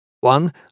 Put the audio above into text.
One